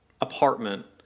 apartment